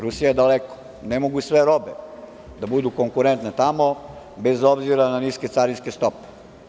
Rusija je daleko, ne mogu sve robe da budu konkurentne tamo, bez obzira na niske carinske stope.